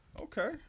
Okay